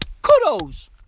Kudos